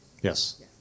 Yes